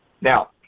Now